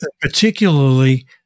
particularly